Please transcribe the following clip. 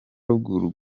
ruguru